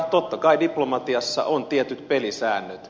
totta kai diplomatiassa on tietyt pelisäännöt